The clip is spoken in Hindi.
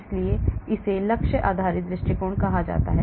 इसलिए इसे लक्ष्य आधारित दृष्टिकोण कहा जाता है